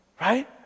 Right